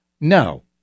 No